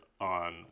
on